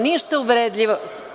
Ništa uvredljivo.